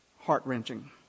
heart-wrenching